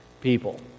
people